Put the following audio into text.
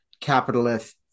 capitalist